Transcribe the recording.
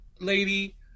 lady